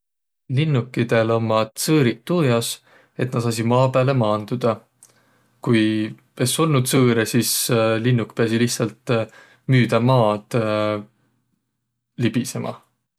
Linnukidõl ummaq tsõõriq tuu jaos, et näq saasiq maa pääle maandudaq. Ku es olnuq tsõõrõ, sis linnuk piäsiq lihtsalt müüdä maad libisemä.